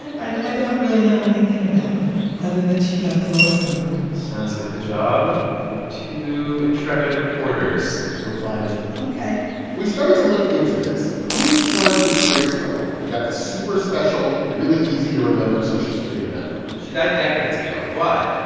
i don't really know anything about her other than she got the lowest number sounds like a job for two intrepid reporters we'll find it ok we started to look into this. who was this grace owen who got this super special, really easy-to-remember social security number? she died decades ago. but.